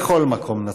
בכל מקום נצליח.